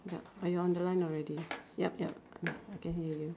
ya oh you're on the line already yup yup I can hear you